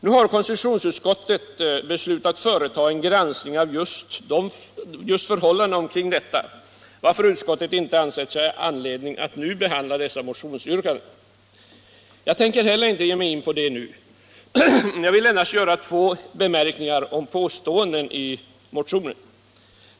Nu har konstitutionsutskottet beslutat företa en granskning av just förhållandena omkring detta, varför utskottet inte ansett sig ha anledning att direkt behandla dessa motionsyrkanden. Jag tänker heller inte ge mig in på det nu. Jag vill endast göra två bemärkningar om påståenden i motionen.